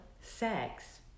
sex